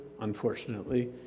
unfortunately